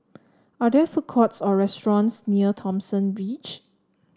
are there food courts or restaurants near Thomson Ridge